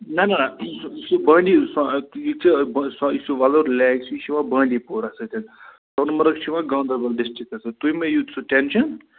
نہَ نہَ سُہ سُہ بانٛڈی سُہ وۅلُر لیک چھُ یہِ چھُ یوان بانٛڈی پوٗراہَس سۭتۍ سۄنہٕ مرگ چھِ یِوان گانٛدربَل ڈِسٹِرکَس سۭتۍ تُہۍ مٔہ ہیٚیِو سُہ ٹٮ۪نشَن